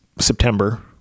September